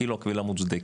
כאילו הקבילה מוצדקת,